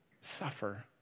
suffer